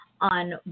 on